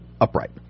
upright